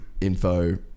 Info